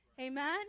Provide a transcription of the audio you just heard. amen